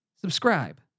Subscribe